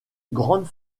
grandes